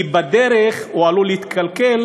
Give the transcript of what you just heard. כי בדרך הוא עלול להתקלקל,